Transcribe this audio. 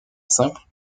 simple